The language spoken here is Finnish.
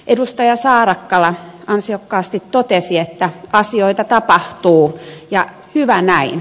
edustaja saarakkala ansiokkaasti totesi että asioita tapahtuu ja hyvä näin